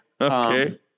Okay